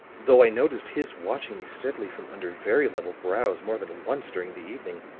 though i noticed his watching me steadily from under very level brows more than once during the evening.